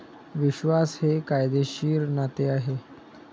विश्वास हे कायदेशीर नाते आहे